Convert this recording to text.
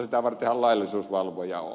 sitä vartenhan laillisuusvalvoja on